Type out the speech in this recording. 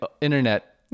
internet